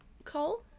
Cole